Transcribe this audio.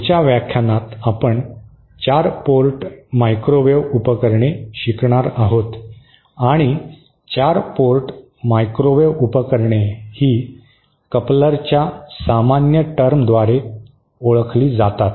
पुढच्या व्याख्यानात आपण 4 पोर्ट मायक्रोवेव्ह उपकरणे शिकणार आहोत आणि 4 पोर्ट मायक्रोवेव्ह उपकरणे ही कपलरच्या सामान्य टर्मद्वारे ओळखली जातात